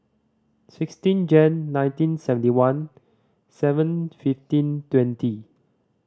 sixteen Jan nineteen seventy one seven fifteen twenty